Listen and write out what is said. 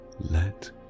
let